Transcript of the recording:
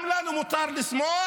גם לנו מותר לשמוח,